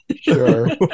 Sure